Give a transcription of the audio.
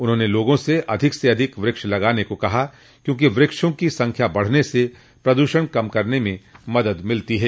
उन्होंने लोगों से अधिक से अधिक वृक्ष लगाने को कहा क्योंकि वृक्षों की संख्या बढने से प्रदूषण कम करने में मदद मिलती है